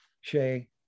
Shay